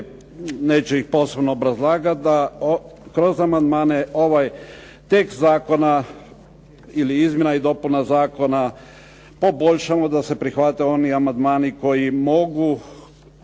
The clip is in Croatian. neću ih posebno obrazlagat, da kroz amandmane ovaj tekst zakona ili izmjena i dopuna zakona poboljšamo, da se prihvate oni amandmani koji mogu